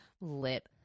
lit